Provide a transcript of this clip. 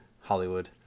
Hollywood